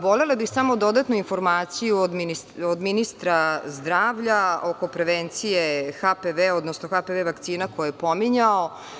Volela bih samo dodatnu informaciju od ministra zdravlja oko prevencije HPV, odnosno HPV vakcina koje je pominjao.